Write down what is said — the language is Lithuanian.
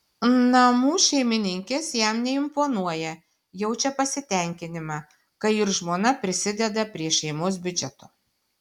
namų šeimininkės jam neimponuoja jaučia pasitenkinimą kai ir žmona prisideda prie šeimos biudžeto